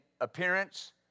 appearance